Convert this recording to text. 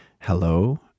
hello